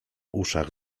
uszach